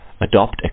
adopt